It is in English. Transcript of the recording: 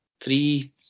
three